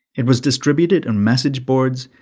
it was distributed on message boards,